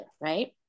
right